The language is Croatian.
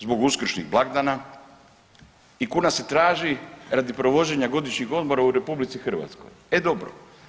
Zbog uskršnjih blagdana i kuna se traži radi provođenja godišnjih odmora u RH, e dobro.